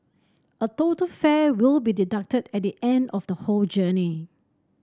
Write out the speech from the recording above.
a total fare will be deducted at the end of the whole journey